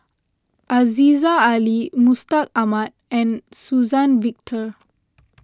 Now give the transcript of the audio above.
Aziza Ali Mustaq Ahmad and Suzann Victor